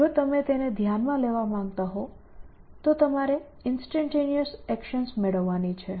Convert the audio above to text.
જો તમે તેને ધ્યાનમાં લેવા માંગતા હો તો તમારે ઇન્સ્ટેન્ટેનિયસ એકશન્સ મેળવવાની છે